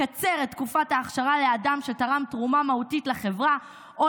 לקצר את תקופת האכשרה לאדם שתרם תרומה מהותית לחברה או